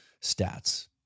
stats